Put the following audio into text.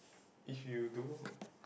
if you do